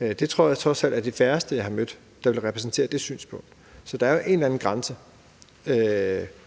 jeg trods alt, det er de færreste af dem, jeg har mødt, som vil repræsentere det synspunkt. Så der er jo en eller anden grænse